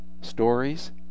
stories